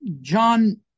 John